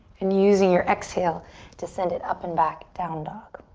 and using your exhale to send it up and back, down dog.